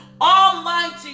Almighty